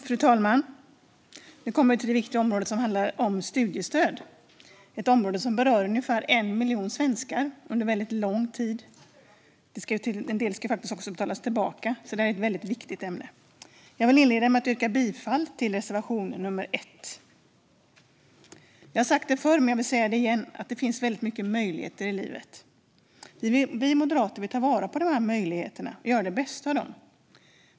Fru talman! Nu kommer vi till det viktiga området studiestöd. Det är ett område som berör ungefär 1 miljon svenskar under väldigt lång tid. En del ska ju faktiskt också betalas tillbaka, så detta är ett väldigt viktigt ämne. Jag vill inleda med att yrka bifall till reservation 1. Jag har sagt det förr, men jag vill säga det igen: Det finns väldigt många möjligheter i livet. Vi moderater vill ta vara på dessa möjligheter och göra det bästa av dem.